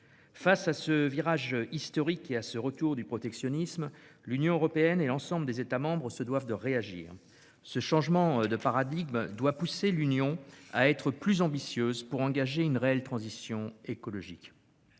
Face à ce virage historique et à ce retour du protectionnisme, l'Union européenne et l'ensemble des États membres se doivent de réagir. Ce changement de paradigme doit pousser l'Union européenne à être plus ambitieuse pour engager une réelle transition écologique.